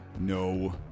no